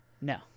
no